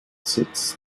sitz